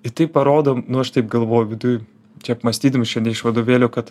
ir tai parodo nu aš taip galvoju viduj čia apmąstydami čia ne iš vadovėlio kad